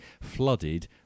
flooded